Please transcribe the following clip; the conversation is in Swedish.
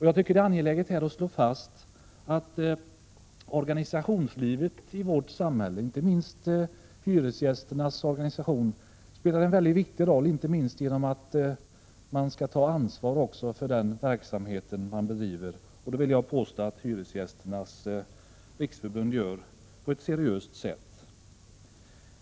Jag tycker det är angeläget att slå fast att organisationslivet i vårt samhälle, inte minst hyresgästernas organisation, spelar en mycket viktig roll, inte minst därför att man också tar ansvar för den verksamhet man bedriver. Det vill jag påstå att Hyresgästernas riksförbund gör på ett seriöst sätt.